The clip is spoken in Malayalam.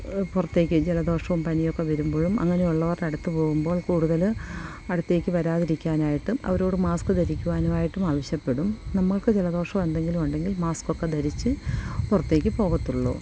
പുറത്തേക്ക് ജലദോഷവും പനിയൊക്കെ വരുമ്പോഴും അങ്ങനെയുള്ളവരുടെ അടുത്തു പോകുമ്പോൾ കൂടുതൽ അടുത്തേക്ക് വരാതിരിക്കാനായിട്ട് അവരോട് മാസ്ക്ക് ധരിക്കുവാനുമായിട്ടും ആവശ്യപ്പെടും നമ്മൾക്ക് ജലദോഷവും എന്തെങ്കിലും ഉണ്ടെങ്കിൽ മാസ്ക്കൊക്കെ ധരിച്ച് പുറത്തേക്ക് പോകത്തുള്ളൂ